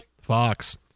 Fox